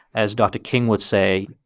as dr. king would say,